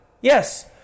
yes